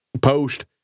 post